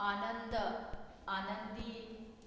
आनंद आनंदी